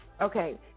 Okay